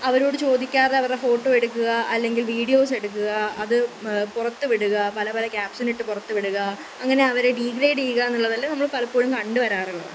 അവരോട് ചോദിക്കാത അവരുടെ ഫോട്ടോ എടുക്കുക അല്ലെങ്കിൽ വിഡിയോസ് എടുക്കുക അത് പുറത്തുവിടുക പല പല കാപ്ഷനിട്ട് പുറത്തുവിടുക അങ്ങനെ അവരെ ഡീഗ്രേഡ് ചെയ്യുക എന്നുള്ളതെല്ലാം നമ്മൾ പലപ്പോഴും കണ്ടുവരാറുള്ളതാണ്